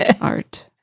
art